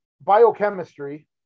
biochemistry